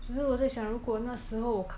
其实我在想如果那时候我